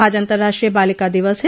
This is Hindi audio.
आज अन्तर्राष्ट्रीय बालिका दिवस है